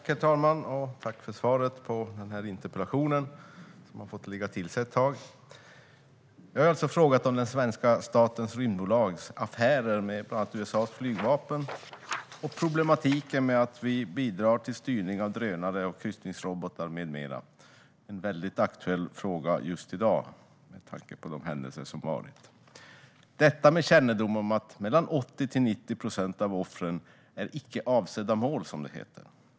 Herr talman! Tack för svaret på interpellationen, som har fått ligga till sig ett tag! Jag har alltså frågat om den svenska statens rymdbolags affärer med bland annat USA:s flygvapen och problematiken med att vi bidrar till styrning av drönare och kryssningsrobotar med mera, något som är en väldigt aktuell fråga just i dag med tanke på de händelser som varit och med kännedom om att mellan 80 och 90 procent av offren är icke avsedda mål, som det heter.